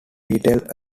detailed